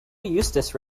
eustace